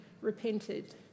repented